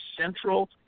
central